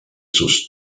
sus